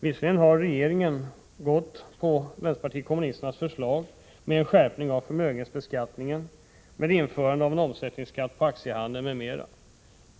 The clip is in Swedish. Visserligen har regeringen gått på vpk:s förslag med en skärpning av förmögenhetsbeskattningen, med införandet av en omsättningsskatt på aktiehandeln m.m.